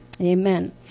Amen